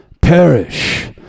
Perish